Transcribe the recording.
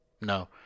No